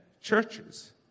churches